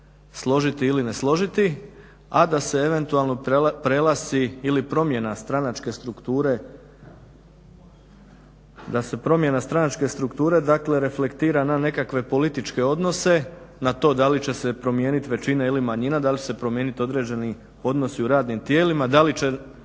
složiti ili ne složiti a da se eventualno prelasci ili promjena stranačke strukture dakle reflektira na nekakve političke odnose, na to da li će se promijeniti većina ili manjina, da li će se promijeniti određeni odnosi u radnim tijelima, da li će